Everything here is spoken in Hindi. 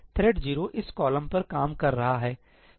थ्रेड 0 इस कॉलम पर काम कर रहा है